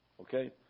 okay